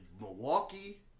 Milwaukee